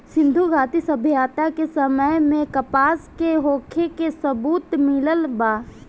सिंधुघाटी सभ्यता के समय में कपास के होखे के सबूत मिलल बा